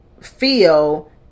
feel